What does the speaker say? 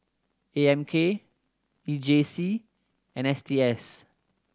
A M K E J C and S T S